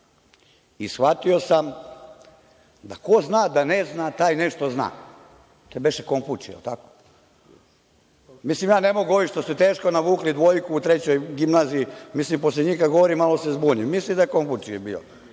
i shvatio sam da ko zna da ne zna, taj nešto zna. To je beše Konfučije. Mislim, ja ne mogu ovim što su teško navukli dvojku u Trećoj gimnaziji, mislim, posle njih kada govorim malo se zbunim. Mislim da je Konfučije bio.